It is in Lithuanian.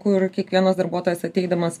kur kiekvienas darbuotojas ateidamas